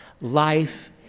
life